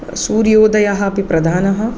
सूर्योदयः अपि प्रधानः